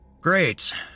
Great